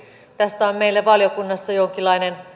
tästä on meille valiokunnassa jonkinlainen